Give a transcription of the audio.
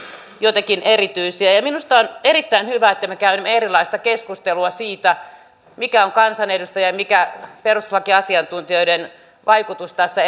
jotenkin erityisiä minusta on erittäin hyvä että me käymme erilaista keskustelua siitä mikä on kansanedustajan mikä perustuslakiasiantuntijoiden vaikutus tässä